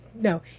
no